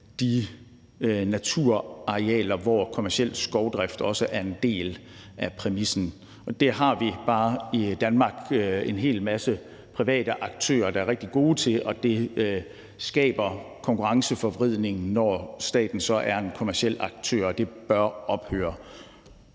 de naturarealer, hvor kommerciel skovdrift også er en del af præmissen. Det har vi bare i Danmark en hel masse private aktører der er rigtig gode til, og det skaber konkurrenceforvridning, når staten så er en kommerciel aktør, og det bør ophøre.